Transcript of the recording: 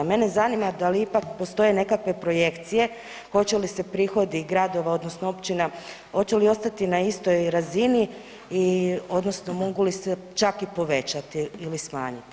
Mene zanima da li ipak postoje nekakve projekcije hoće li se prihodi gradova, odnosno općina, hoće li ostati na istoj razini i odnosno mogu li se čak i povećati ili smanjiti?